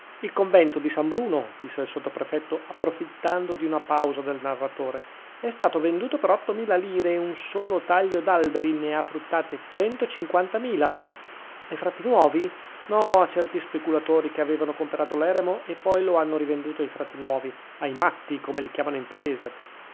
il convento di san bruno disse il sottoprefetto approfittando di una pausa del narratore è stato venduto per ottomila lire e un solo taglio d'alberi ne ha fruttate cento cinquantamila ai frati nuovi no a certi speculatori che avevano comperato l'eremo e poi lo hanno rivenduto ai frati nuovi ai matti come li chiamano in paese